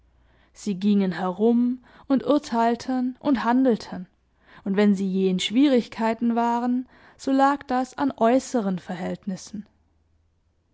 sie gingen herum und urteilten und handelten und wenn sie je in schwierigkeiten waren so lag das an äußeren verhältnissen